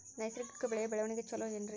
ನೈಸರ್ಗಿಕ ಬೆಳೆಯ ಬೆಳವಣಿಗೆ ಚೊಲೊ ಏನ್ರಿ?